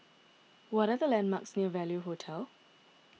what are the landmarks near Value Hotel